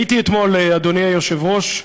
הייתי אתמול, אדוני היושב-ראש,